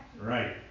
right